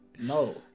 No